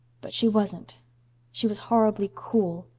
but she wasn't she was horribly cool.